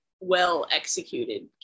well-executed